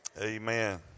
Amen